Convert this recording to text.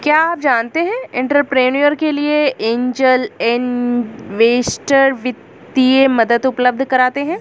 क्या आप जानते है एंटरप्रेन्योर के लिए ऐंजल इन्वेस्टर वित्तीय मदद उपलब्ध कराते हैं?